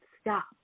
Stop